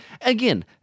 again